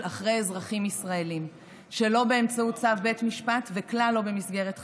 אזרחים ישראלים שלא באמצעות צו בית משפט וכלל לא במסגרת חקירה.